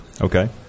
Okay